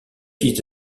fils